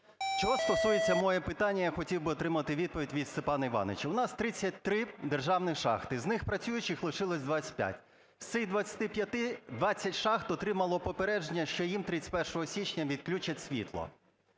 Чого стосується моє питання, я хотів би отримати відповідь від Степана Івановича. У нас 33 державних шахти, з них працюючих лишилось 25. З цих 25-и 20 шахт отримало попередження, що їм 31 січня відключать світло.